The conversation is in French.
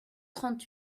trente